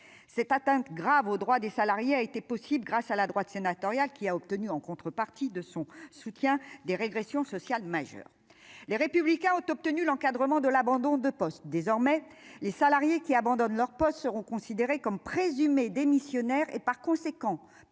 cette atteinte grave aux droits des salariés a été possible grâce à la droite sénatoriale, qui a obtenu en contrepartie de son soutien des régressions sociales majeures, les républicains ont obtenu l'encadrement de l'abandon de poste désormais les salariés qui abandonnent leur poste seront considérés comme présumés démissionnaire et par conséquent